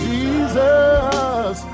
Jesus